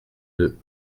deux